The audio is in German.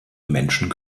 menschen